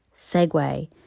segue